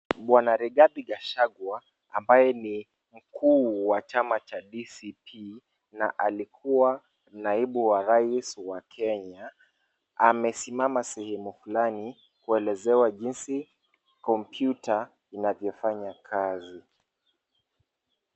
Bwana Rigathi Gachagwa ambaye ni mkuu wa chama cha DCP na alikua naibu wa rais wa Kenya amesimama sehemu flani kuelezewa jinsi kompyuta inavyo fanya kazi.